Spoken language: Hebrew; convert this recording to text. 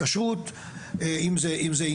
זה לא קשור.